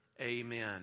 Amen